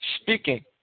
speaking